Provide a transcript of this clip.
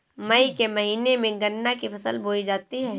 मई के महीने में गन्ना की फसल बोई जाती है